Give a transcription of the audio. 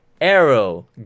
arrow